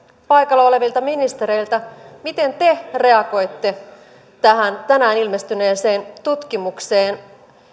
paikalla olevilta ministereiltä miten te reagoitte tähän tänään ilmestyneeseen tutkimukseen